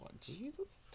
Jesus